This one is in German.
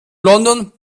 london